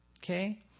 okay